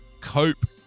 cope